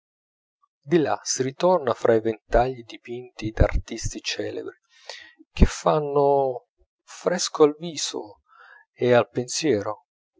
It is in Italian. di là si ritorna fra i ventagli dipinti da artisti celebri che fanno fresco al viso e al pensiero